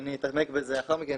ואני אתעמק בזה לאחר מכן.